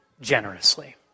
generously